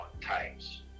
times